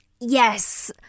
Yes